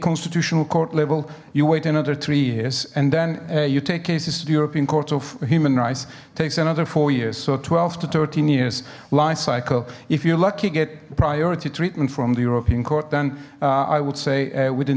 constitutional court level you wait another three years and then you take cases to the european court of human rights takes another four years so twelve to thirteen years lifecycle if you're lucky get priority treatment from the european court and i would say within